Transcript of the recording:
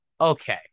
okay